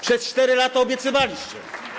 Przez 4 lata obiecywaliście.